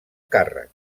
càrrec